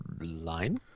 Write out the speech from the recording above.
line